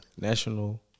National